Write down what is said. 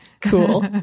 cool